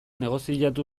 negoziatu